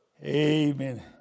Amen